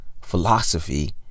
philosophy